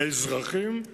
האזרחים,